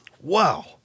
Wow